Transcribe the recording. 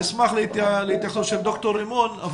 נשמח להתייחסות דוקטור רימון.